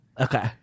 okay